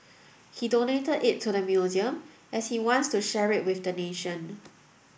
he donated it to the museum as he wants to share it with the nation